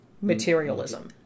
materialism